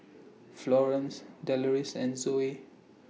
Florie Deloris and Zoey